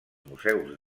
museus